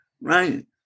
Right